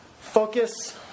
focus